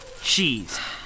cheese